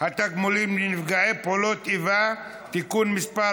התגמולים לנפגעי פעולות איבה (תיקון מס'